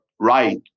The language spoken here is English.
right